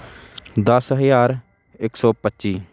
ਦਸ ਹਜ਼ਾਰ ਇੱਕ ਸੌ ਪੱਚੀ